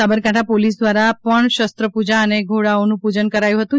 Sabarkantha police દ્વારા પણ શસ્ત્રપૂજા અને ઘોડાનું પૂજન કરાયું હતું